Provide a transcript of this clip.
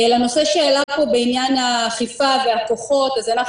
לנושא שעלה פה בעניין האכיפה והכוחות א נחנו